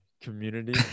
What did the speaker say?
community